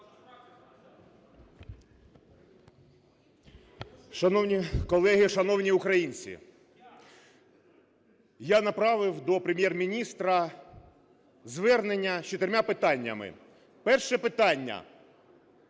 Шановні колеги, шановні українці! Я направив до Прем'єр-міністра звернення з чотирма питаннями. Перше питання: